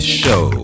show